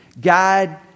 God